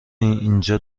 اینجا